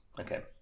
okay